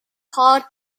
called